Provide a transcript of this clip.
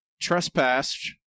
trespassed